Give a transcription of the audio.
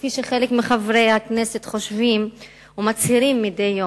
כפי שחלק מחברי הכנסת חושבים ומצהירים מדי יום,